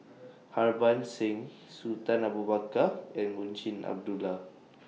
Harbans Singh Sultan Abu Bakar and Munshi Abdullah